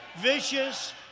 vicious